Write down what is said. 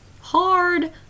hard